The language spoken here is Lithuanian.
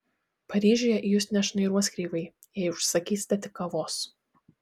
paryžiuje į jus nešnairuos kreivai jei užsisakysite tik kavos